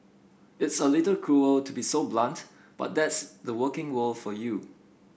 it's a little cruel to be so blunt but that's the working world for you